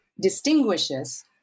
distinguishes